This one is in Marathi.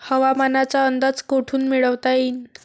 हवामानाचा अंदाज कोठून मिळवता येईन?